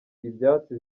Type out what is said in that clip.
ibyatsi